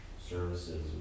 services